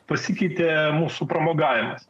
pasikeitė mūsų pramogavimas